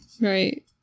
right